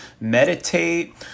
meditate